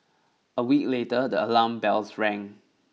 a week later the alarm bells rang